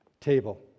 table